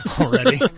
already